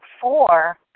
four